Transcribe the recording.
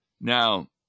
Now